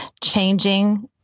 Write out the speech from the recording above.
changing